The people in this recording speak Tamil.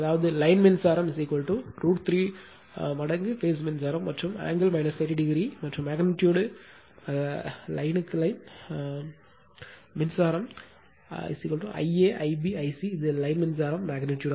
அதாவது லைன் மின்சாரம் √ 3 மடங்கு பேஸ் மின்சாரம் மற்றும் ஆங்கிள் 30o மற்றும் மெக்னிட்யூடு வாரியாக லைன் மின்சாரம் Ia Ib I c இது லைன் மின்சாரம் மெக்னிட்யூடு